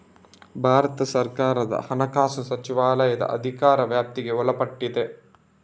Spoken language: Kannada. ಭಾರತ ಸರ್ಕಾರದ ಹಣಕಾಸು ಸಚಿವಾಲಯದ ಅಧಿಕಾರ ವ್ಯಾಪ್ತಿಗೆ ಒಳಪಟ್ಟಿದೆ